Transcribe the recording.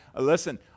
Listen